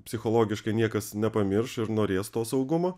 psichologiškai niekas nepamirš ir norės to saugumo